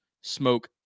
smoke